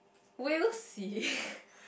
we'll see